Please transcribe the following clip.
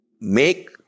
make